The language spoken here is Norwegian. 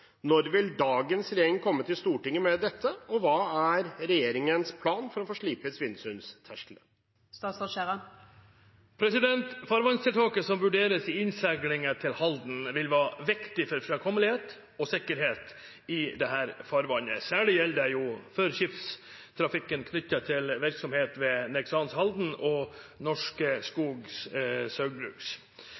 Når vil dagens regjering komme til Stortinget med dette, og hva er regjeringens plan for å få slipet Svinesundstersklene?» Farvannstiltaket som vurderes i innseilingen til Halden, vil være viktig for framkommelighet og sikkerhet i dette farvannet. Særlig gjelder dette for skipstrafikken knyttet til virksomhet ved Nexans Halden og Norske